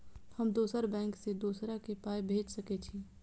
हम दोसर बैंक से दोसरा के पाय भेज सके छी?